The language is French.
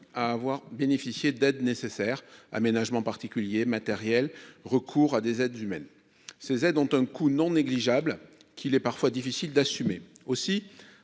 à avoir bénéficié d'aides nécessaires aménagements particuliers matériel recours à des aides humaines ces aides ont un coût non négligeable qu'il est parfois difficile d'assumer aussi